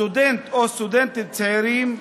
סטודנט או סטודנטית צעירים,